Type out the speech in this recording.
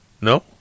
No